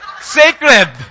Sacred